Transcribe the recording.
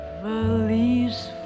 valise